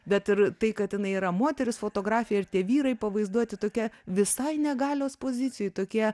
bet ir tai kad jinai yra moteris fotografė ir tie vyrai pavaizduoti tokie visai ne galios pozicijoj tokie